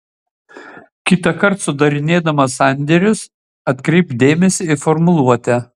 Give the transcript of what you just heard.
kitąkart sudarinėdamas sandėrius atkreipk dėmesį į formuluotę